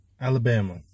Alabama